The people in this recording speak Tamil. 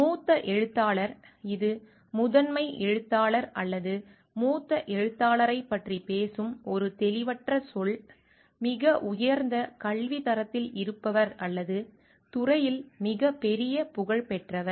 மூத்த எழுத்தாளர் இது முதன்மை எழுத்தாளர் அல்லது மூத்த எழுத்தாளரைப் பற்றி பேசும் ஒரு தெளிவற்ற சொல் மிக உயர்ந்த கல்வித் தரத்தில் இருப்பவர் அல்லது துறையில் மிகப் பெரிய புகழ் பெற்றவர்